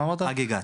רוכשים,